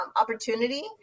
opportunity